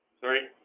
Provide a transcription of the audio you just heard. sorry